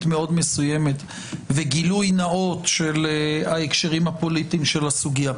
מאוד מסוימת וגילוי נאות של ההקשרים הפוליטיים של הסוגיה.